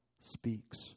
speaks